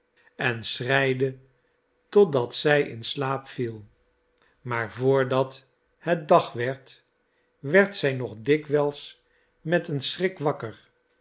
en schreide totdat zij in slaap viel maar voordat het dag werd werd zij nog dikwijls met een schrik wakker